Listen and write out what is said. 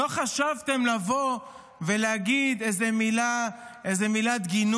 לא חשבתם לבוא ולהגיד איזו מילת גינוי,